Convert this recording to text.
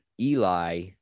Eli